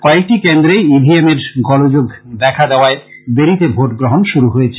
কয়েকটি কেন্দ্রে ই ভি এমের গোলযোগ দেখা দেওয়ায় দেড়িতে ভোটগ্রহণ শুরু হয়েছে